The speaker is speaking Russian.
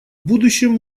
будущем